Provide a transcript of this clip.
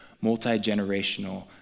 multi-generational